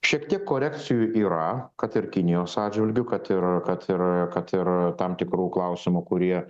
šiek tiek korekcijų yra kad ir kinijos atžvilgiu kad ir kad ir kad ir tam tikrų klausimų kurie